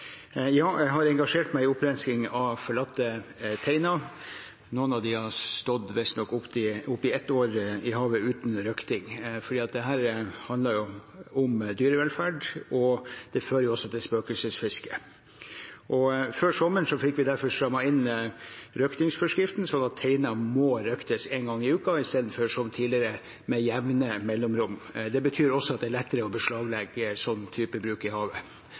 har engasjert meg i opprenskning av forlatte teiner. Noen av dem har visstnok stått i havet i opptil et år uten røkting. Dette handler jo om dyrevelferd, og det fører også til spøkelsesfiske. Før sommeren fikk vi derfor strammet inn røktingsforskriften, sånn at teiner må røktes en gang i uken, i stedet for med jevne mellomrom, som tidligere. Det betyr også at det er lettere å beslaglegge ved sånn type bruk i havet.